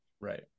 right